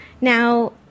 Now